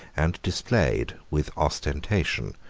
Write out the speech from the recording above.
and displayed, with ostentation,